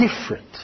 different